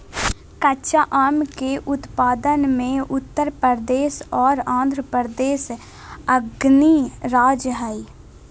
कच्चा आम के उत्पादन मे उत्तर प्रदेश आर आंध्रप्रदेश अग्रणी राज्य हय